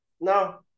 no